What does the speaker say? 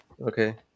Okay